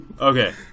okay